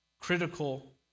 critical